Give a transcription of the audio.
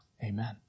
Amen